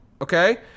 okay